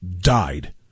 died